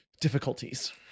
difficulties